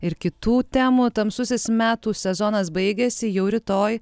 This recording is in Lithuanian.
ir kitų temų tamsusis metų sezonas baigiasi jau rytoj